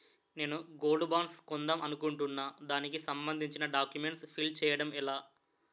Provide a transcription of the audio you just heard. నేను gold bonds కొందాం అనుకుంటున్నా దానికి సంబందించిన డాక్యుమెంట్స్ ఫిల్ చేయడం ఎలా?